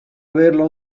averla